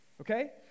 okay